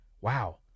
wow